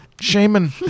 shaman